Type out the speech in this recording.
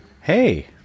Hey